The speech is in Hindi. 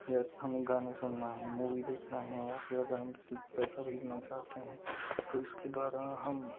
या हमें गाने सुनना है मूवी देखना है या फिर हम किसे पैसा भेजना चाहते हैं तो इसके द्वारा हम